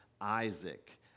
isaac